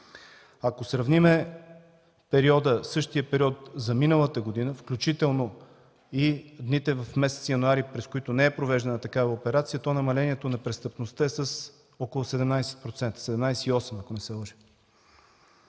Ако сравним същия период за миналата година, включително и дните в месец януари, през които не е провеждана такава операция, то намалението на престъпността е с около 17,8%, ако не се лъжа.